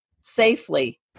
safely